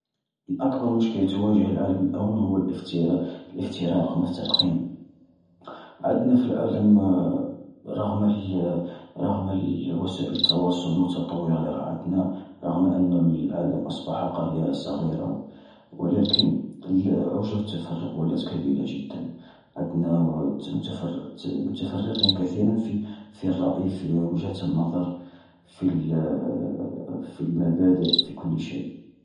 أكبر مشكلة تواجه العالم الآن هو الافترا الافتراق مفترقين. عندنا في العالم رغم رغم الوسائل التواصل المتطورة اللي راها عندنا، رغم أنو العالم أصبح قرية صغيرة، ولكن الأوجه التفرق ولات كبيرة جدا. عندنا التفرق مت-متفرقين كثيرا في في الرأي في وجهة النظر، في المبادئ في كل شيء.